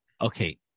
okay